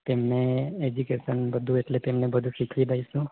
તેમને એજ્યુકેશન બધું એટલે તેમને બધું શીખવી દઈશું